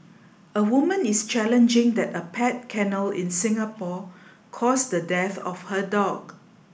a woman is challenging that a pet kennel in Singapore caused the death of her dog